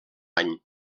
any